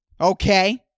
okay